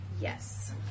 Yes